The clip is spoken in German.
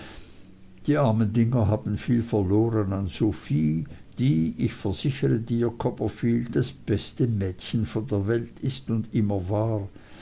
die armen dinger haben viel verloren an sophie die ich versichere dir copperfield das beste mädchen von der welt ist und immer war